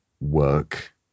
work